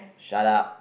shut up